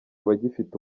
abagifite